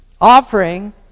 offering